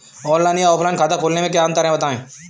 Online या offline खाता खोलने में क्या अंतर है बताएँ?